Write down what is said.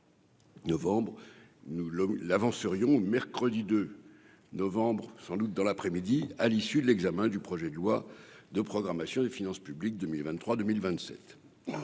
nous le l'avance serions le mercredi 2 novembre sans doute dans l'après-midi, à l'issue de l'examen du projet de loi de programmation des finances publiques 2023 2027